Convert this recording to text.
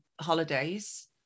holidays